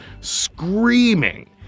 screaming